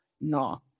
No